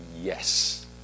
yes